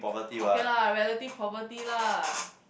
okay lah relative poverty lah